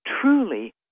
truly